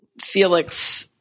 Felix